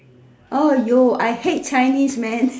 I hate Chinese man